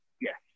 Yes